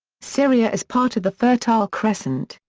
syria is part of the fertile crescent,